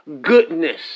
goodness